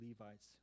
levites